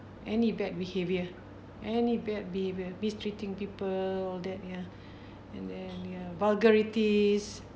any bad behaviour any bad behavior mistreating people that ya and then ya vulgarities